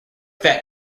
that